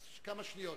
אז כמה שניות.